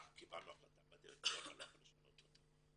קיבלנו החלטה בדירקטוריון ואני לא יכול לשנות אותה.